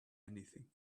anything